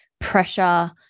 pressure